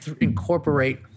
incorporate